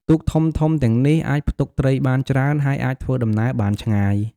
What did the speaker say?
ទូកធំៗទាំងនេះអាចផ្ទុកត្រីបានច្រើន ហើយអាចធ្វើដំណើរបានឆ្ងាយ។